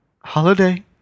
holiday